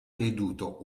veduto